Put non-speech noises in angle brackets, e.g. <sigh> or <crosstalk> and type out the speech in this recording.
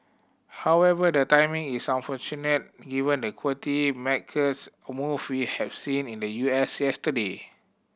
however the timing is unfortunate given the equity <unintelligible> move we have seen in the U S yesterday